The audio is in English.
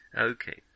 Okay